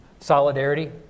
Solidarity